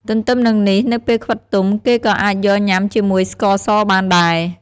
ទន្ទឹមនឹងនេះ នៅពេលខ្វិតទុំ គេក៏អាចយកញ៉ាំជាមួយស្ករសបានដែរ។